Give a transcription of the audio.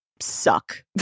suck